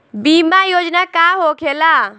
बीमा योजना का होखे ला?